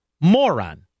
moron